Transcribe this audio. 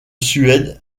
suède